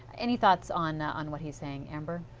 any thoughts on on what he is saying? and